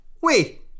Wait